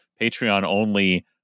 Patreon-only